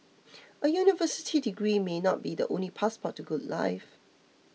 a university degree may not be the only passport to a good life